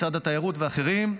משרד התיירות ואחרים.